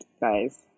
guys